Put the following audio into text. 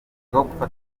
amafoto